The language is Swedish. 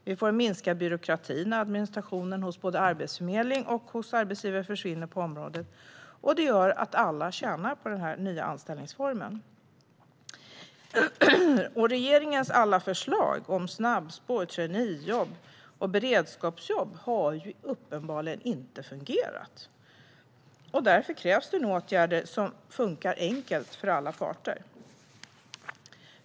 Vi får en minskad byråkrati när administration hos både Arbetsförmedlingen och arbetsgivare försvinner på området. Det gör att alla tjänar på denna nya anställningsform. Regeringens alla förslag med snabbspår, traineejobb och beredskapsjobb har ju inte fungerat. Därför krävs åtgärder som funkar enkelt för alla parter.